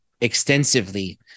extensively